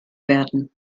werden